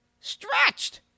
stretched